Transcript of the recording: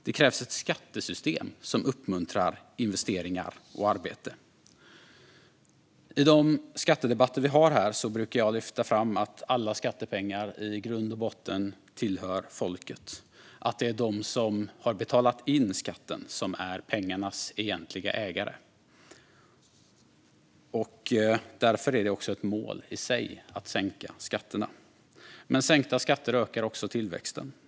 Det krävs ett skattesystem som uppmuntrar investeringar och arbete. I de skattedebatter vi har här brukar jag lyfta fram att alla skattepengar i grund och botten tillhör folket - att det är de som betalat in skatten som är pengarnas egentliga ägare. Därför är det också ett mål i sig att sänka skatterna. Men sänkta skatter ökar också tillväxten.